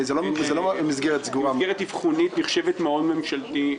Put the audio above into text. מה שאנחנו מבקשים היום זה לאשר לנו לפחות את 2019,